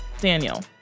Daniel